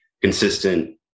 consistent